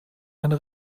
eine